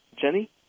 Jenny